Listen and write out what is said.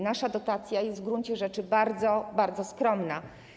Nasza dotacja jest w gruncie rzeczy bardzo, bardzo skromna.